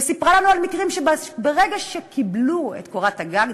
וסיפרה לנו על מקרים שברגע שקיבלו את קורת הגג,